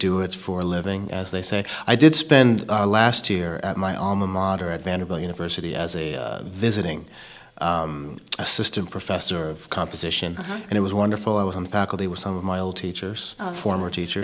do it for a living as they say i did spend our last year at my alma mater at vanderbilt university as a visiting assistant professor of composition and it was wonderful i was on the faculty with some of my old teachers former teacher